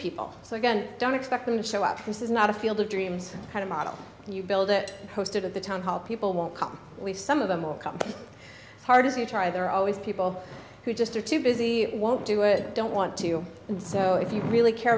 people so again don't expect them to show up for this is not a field of dreams kind of model and you build it hosted at the town hall people won't come leave some of them or come hard as you try there are always people who just are too busy won't do it don't want to and so if you really care